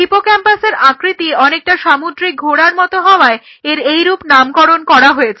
হিপোক্যাম্পাসের আকৃতি অনেকটা সামুদ্রিক ঘোড়ার মতো হওয়ায় এর এইরূপ নামকরণ করা হয়েছে